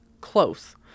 close